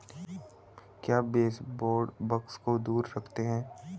क्या baseboard bugs को दूर रखते हैं?